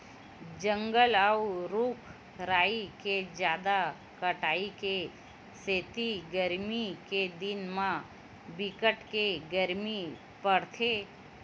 जंगल अउ रूख राई के जादा कटाई के सेती गरमी के दिन म बिकट के गरमी परथे